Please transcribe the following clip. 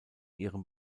ihrem